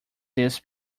this